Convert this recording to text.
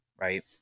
right